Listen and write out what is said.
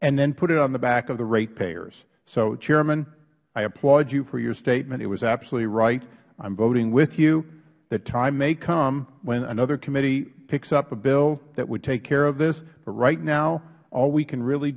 and then put it on the back of the ratepayers so chairman i applaud you for your statement it was absolutely right i am voting with you the time may come when another committee picks up a bill that would take care of this but right now all we can really